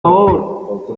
favor